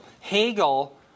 Hegel